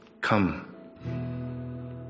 come